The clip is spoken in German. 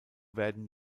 werden